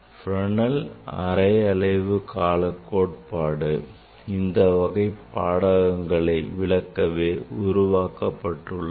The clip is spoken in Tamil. Fresnel அரை அலைவு கால கோட்பாடு இந்த வகை பாடகங்களை விளக்கவே உருவாக்கப்பட்டுள்ளது